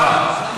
תודה רבה.